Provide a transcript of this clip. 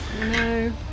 No